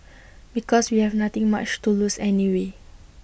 because we have nothing much to lose anyway